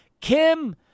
Kim